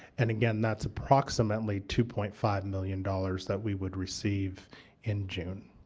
and again, that's approximately two point five million dollars that we would receive in june.